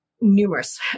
numerous